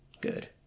good